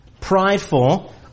prideful